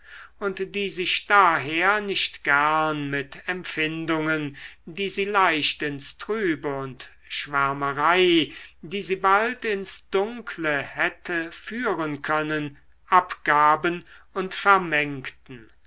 und die sich daher nicht gern mit empfindungen die sie leicht ins trübe und schwärmerei die sie bald ins dunkle hätte führen können abgaben und vermengten